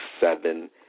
seven